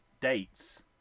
dates